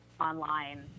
online